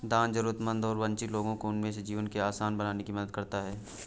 दान जरूरतमंद और वंचित लोगों को उनके जीवन को आसान बनाने में मदद करता हैं